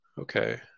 Okay